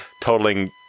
totaling